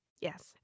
Yes